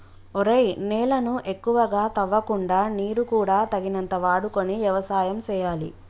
ఒరేయ్ నేలను ఎక్కువగా తవ్వకుండా నీరు కూడా తగినంత వాడుకొని యవసాయం సేయాలి